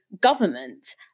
government